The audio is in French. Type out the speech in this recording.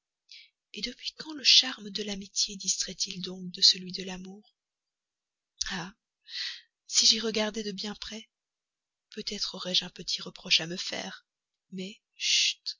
et depuis quand le charme de l'amitié distrait il donc de celui de l'amour ah si j'y regardais de bien près peut-être aurais-je un petit reproche à me faire mais